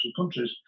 countries